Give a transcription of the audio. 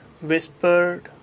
whispered